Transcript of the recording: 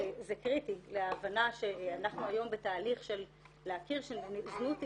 וזה קריטי להבנה שאנחנו היום בתהליך הכרה שזנות היא